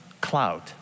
cloud